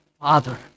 father